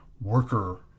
worker